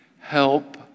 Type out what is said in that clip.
Help